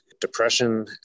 depression